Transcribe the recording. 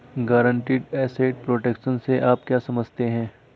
Guaranteed asset protection से आप क्या समझते हैं?